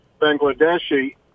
Bangladeshi